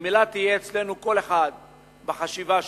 אם אילת תהיה אצלנו, כל אחד בחשיבה שלו,